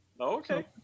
okay